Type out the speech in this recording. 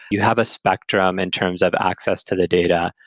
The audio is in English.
you have a spectrum in terms of access to the data.